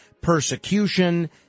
persecution